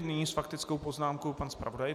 Nyní s faktickou poznámkou pan zpravodaj.